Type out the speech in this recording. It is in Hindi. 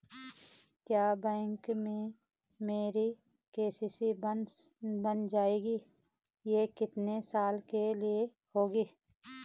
क्या बैंक में मेरी के.सी.सी बन जाएगी ये कितने साल के लिए होगी?